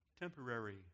temporary